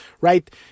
right